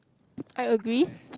I agree